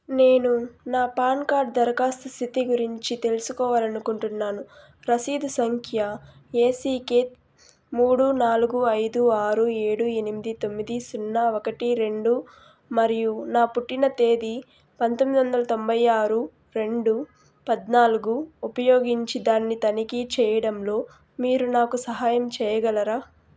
నేను నా PAN card దరఖాస్తు స్థితి గురించి తెలుసుకోవాలనుకుంటున్నాను రసీదు సంఖ్య ఏసీకే మూడు నాలుగు ఐదు ఆరు ఏడు ఎనిమిది తొమ్మిది సున్నా ఒకటి రెండు మరియు నా పుట్టిన తేదీ పంతొమ్మిది వందల తొంబై ఆరు రెండు పద్నాలుగు ఉపయోగించి దాన్ని తనిఖీ చెయ్యడంలో మీరు నాకు సహాయం చెయ్యగలరా